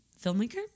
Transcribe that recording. filmmaker